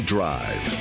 Drive